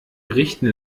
richten